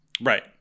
Right